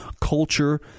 culture